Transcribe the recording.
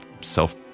self